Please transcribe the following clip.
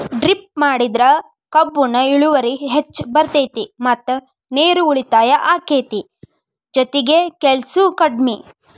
drip ಮಾಡಿದ್ರ ಕಬ್ಬುನ ಇಳುವರಿ ಹೆಚ್ಚ ಬರ್ತೈತಿ ಮತ್ತ ನೇರು ಉಳಿತಾಯ ಅಕೈತಿ ಜೊತಿಗೆ ಕೆಲ್ಸು ಕಡ್ಮಿ